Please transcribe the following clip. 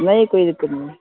نہیں کوئی دقت نہیں ہے